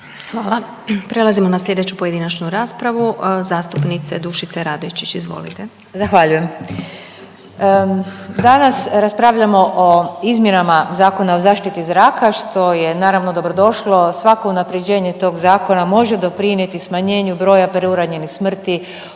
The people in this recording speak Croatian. Hvala. Prelazimo na sljedeću pojedinačnu raspravu zastupnice Dušice Radojčić, izvolite. **Radojčić, Dušica (Možemo!)** Zahvaljujem. Danas raspravljamo o izmjenama Zakona o zaštiti zraka, što je naravno, dobrodošlo, svako unaprjeđenje tog zakona može doprinijeti smanjenju broja preuranjenih smrti